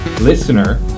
listener